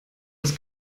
das